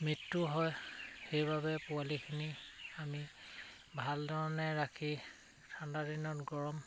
মৃত্যু হয় সেইবাবে পোৱালিখিনি আমি ভাল ধৰণে ৰাখি ঠাণ্ডা দিনত গৰম